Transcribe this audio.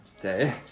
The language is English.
day